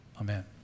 Amen